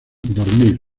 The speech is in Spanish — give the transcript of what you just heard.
dormir